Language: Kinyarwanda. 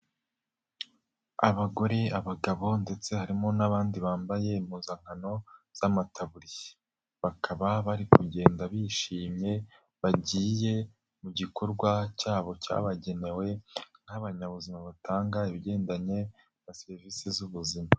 Abagore, abagabo ndetse harimo n'abandi bambaye impuzankano z'amataburiya, bakaba bari kugenda bishimye, bagiye mu gikorwa cyabo cyabagenewe nk'abanyabuzima batanga ibigendanye na serivisi z'ubuzima.